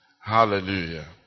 Hallelujah